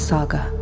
Saga